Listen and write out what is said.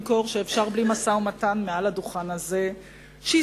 שמעל הדוכן הזה ניסית למכור שאי-אפשר בלי משא-ומתן,